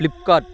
Flipkart